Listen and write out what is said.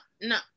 No